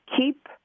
keep